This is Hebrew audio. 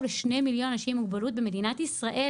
לשני מיליון אנשים עם מוגבלות במדינת ישראל